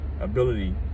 ability